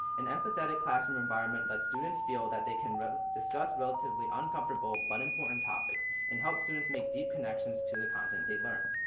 an empathetic classroom environment lets students feel that they can discuss relatively uncomfortable, but important topics and help students make deep connections to the content they learn.